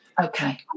Okay